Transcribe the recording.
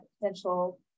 potential